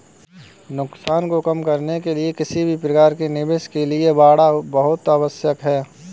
नुकसान को कम करने के लिए किसी भी प्रकार के निवेश के लिए बाड़ा बहुत आवश्यक हैं